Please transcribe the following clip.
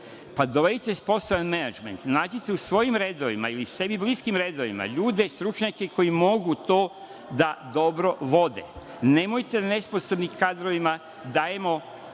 Pa, dovedite sposoban menadžment, nađite u svojim redovima ili sebi bliskim redovima ljude, stručnjake koji mogu to da dobro vode. Nemojte nesposobnim kadrovima da dajemo